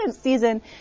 season